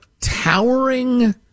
towering